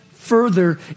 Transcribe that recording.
further